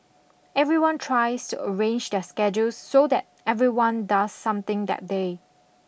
everyone tries to arrange their schedules so that everyone does something that day